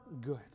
good